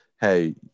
hey